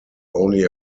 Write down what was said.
only